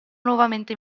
nuovamente